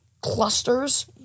clusters